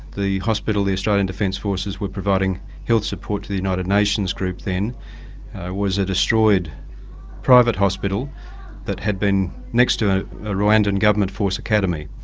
the hospital the australian defence forces were providing health support to the united nations group then was a destroyed private hospital that had been next to a rwandan government force academy.